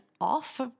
off